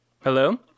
Hello